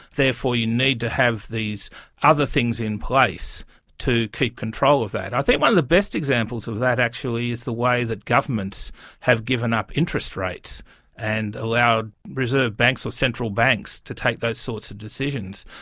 therefore you need to have these other things in place to keep control of that. i think one of the best examples of that actually is the way that governments have given up interest rates and allowed reserve banks or central banks to take those sorts of decisions,